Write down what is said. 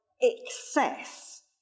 excess